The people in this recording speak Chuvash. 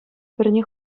пӗрне